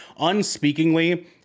unspeakingly